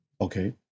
okay